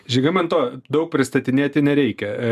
žygimanto daug pristatinėti nereikia